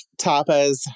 tapas